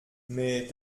mais